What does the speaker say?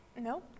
No